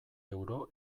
euro